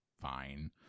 fine